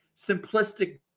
simplistic